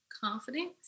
confidence